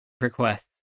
requests